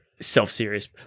self-serious